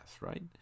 right